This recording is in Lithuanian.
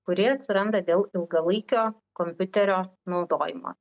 kurie atsiranda dėl ilgalaikio kompiuterio naudojimo